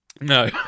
No